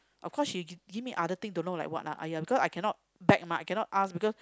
of course she give give me other thing don't know like what lah !aiya! because I cannot beg mah I cannot ask because